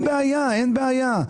אין בעיה.